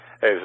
Hey